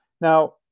Now